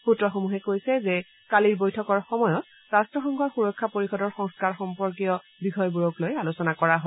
সূত্ৰসমূহে কৈছে যে কালিৰ বৈঠকৰ সময়ত ৰাট্টসংঘৰ সুৰক্ষা পৰিয়দৰ সংস্থাৰ সম্পৰ্কীয় বিষয়বোৰক লৈ আলোচনা কৰা হয়